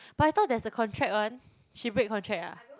but I thought there's a contract one she break contract ah